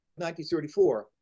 1934